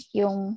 yung